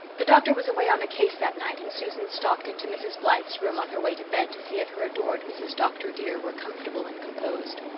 the doctor was away on a case that night and susan stalked into mrs. blythe's room on her way to bed to see if her adored mrs. dr. dear were comfortable and composed.